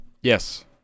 Yes